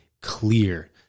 clear